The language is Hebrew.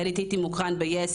ליידי טיטי מוקרן ביס,